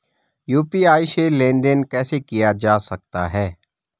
UPI से लेनदेन कैसे किया जा सकता है?